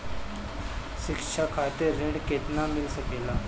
शिक्षा खातिर ऋण केतना मिल सकेला?